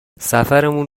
سفرمون